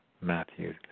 Matthew